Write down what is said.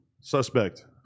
Suspect